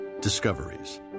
Discoveries